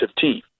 team